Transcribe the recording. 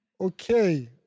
Okay